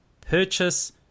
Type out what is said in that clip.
purchase